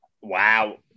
Wow